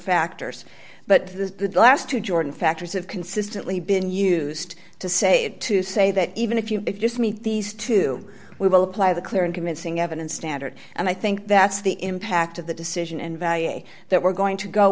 factors but the last two jordan factors have consistently been used to say to say that even if you just meet these two we will apply the clear and convincing evidence standard and i think that's the impact of the decision and by that we're going to go